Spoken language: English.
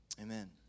amen